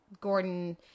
Gordon